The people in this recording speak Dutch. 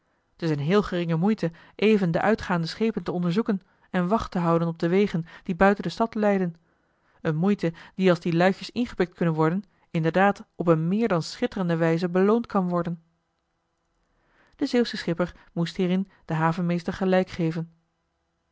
t is een heel geringe moeite even de uitgaande schepen te onderzoeken en wacht te houden op de wegen die buiten de stad leiden een moeite die als die luitjes ingepikt kunnen worden inderdaad op een meer dan schitterende wijze beloond kan worden de zeeuwsche schipper moest hierin den havenmeester gelijk geven